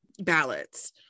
ballots